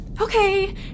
Okay